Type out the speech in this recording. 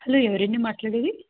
hello ఎవరండి మాట్లాడేది